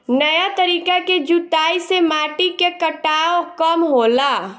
नया तरीका के जुताई से माटी के कटाव कम होला